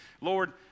Lord